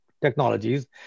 technologies